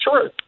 true